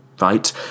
right